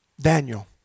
Daniel